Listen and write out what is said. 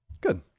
Good